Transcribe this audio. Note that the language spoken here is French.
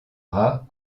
rats